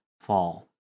fall